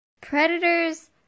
Predators